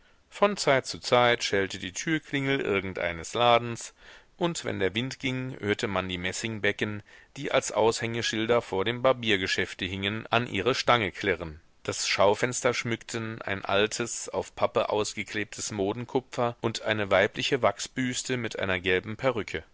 von zeit zu zeit schellte die türklingel irgendeines ladens und wenn der wind ging hörte man die messingbecken die als aushängeschilder vor dem barbiergeschäfte hingen an ihre stange klirren das schaufenster schmückten ein altes auf pappe ausgeklebtes modenkupfer und eine weibliche wachsbüste mit einer gelben perücke